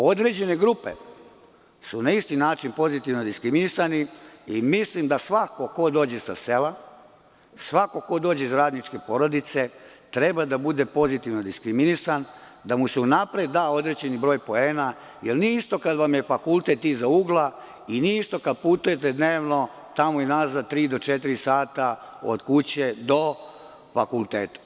Određene grupe su na isti način pozitivno diskriminisani i mislim da svako ko dođe sa sela, svako ko dođe iz radničke porodice, treba da bude pozitivno diskriminisan, da mu se unapred da određeni broj poena, jer nije isto kad vam je fakultet iza ugla i nije isto kada putujete dnevno tamo i nazad tri do četiri sata od kuće do fakulteta.